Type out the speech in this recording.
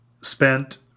spent